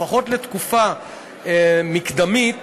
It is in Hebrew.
לפחות לתקופה מקדמית,